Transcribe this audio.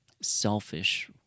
selfish